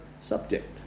subject